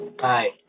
Hi